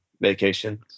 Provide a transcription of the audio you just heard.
vacation